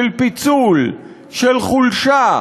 של פיצול, של חולשה,